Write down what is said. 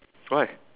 why